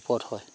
ওপৰত হয়